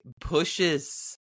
Pushes